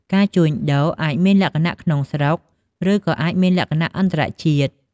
ការជួញដូរអាចមានលក្ខណៈ ក្នុងស្រុក ឬក៏អាចមានលក្ខណៈ អន្តរជាតិ។